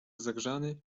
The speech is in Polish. zagrzany